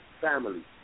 family